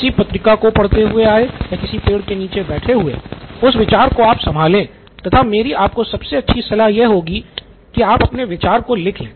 किसी पत्रिका को पढ़ते हुए आए या किसी पेड़ के नीचे बैठे हुए उस विचार को आप संभाले तथा मेरी आपको सबसे अच्छी सलाह यह होगी कि आप अपने विचार को लिख ले